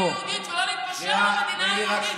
הוא גם מצליח.